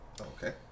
Okay